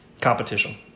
competition